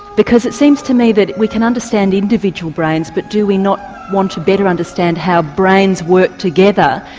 because it seems to me that we can understand individual brains but do we not want to better understand how brains work together.